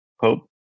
hope